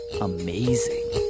amazing